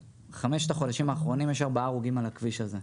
בחמשת החודשים האחרונים יש ארבעה הרוגים על הכביש הזה.